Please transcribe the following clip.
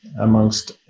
amongst